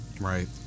Right